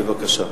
בבקשה.